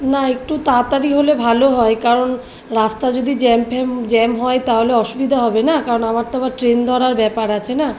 না একটু তাড়াতাড়ি হলে ভালো হয় কারণ রাস্তা যদি জ্যাম ফ্যাম জ্যাম হয় তাহলে অসুবিধা হবে না কারণ আমার তো আবার ট্রেন ধরার ব্যাপার আছে না